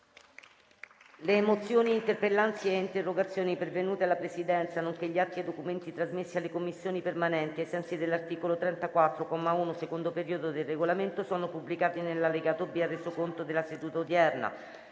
Le mozioni, le interpellanze e le interrogazioni pervenute alla Presidenza, nonché gli atti e i documenti trasmessi alle Commissioni permanenti ai sensi dell'articolo 34, comma 1, secondo periodo, del Regolamento sono pubblicati nell'allegato B al Resoconto della seduta odierna.